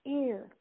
ear